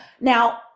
Now